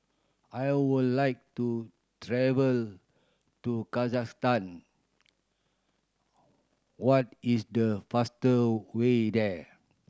I would like to travel to Kazakhstan what is the faster way there